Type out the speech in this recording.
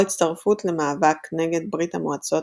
או הצטרפות למאבק נגד ברית המועצות,